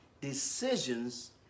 decisions